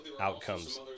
outcomes